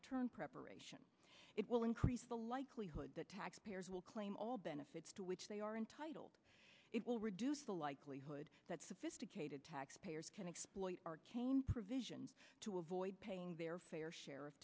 return preparation it will increase the likelihood that tax payers will claim all benefits to which they are entitled it will reduce the likelihood that sophisticated tax payers can exploit our provision to avoid paying their fair share of